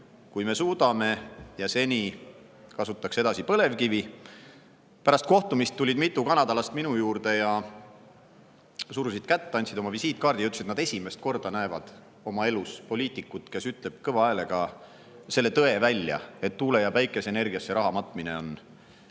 kui me suudame, ja seni kasutaksime edasi põlevkivi. Pärast kohtumist tulid mitu kanadalast minu juurde ja surusid kätt, andsid oma visiitkaardi ja ütlesid, et nad esimest korda näevad oma elus poliitikut, kes ütleb kõva häälega selle tõe välja, et tuule- ja päikeseenergiasse raha matmine on